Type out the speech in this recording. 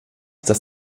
dass